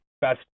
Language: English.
best